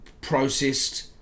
processed